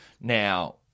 Now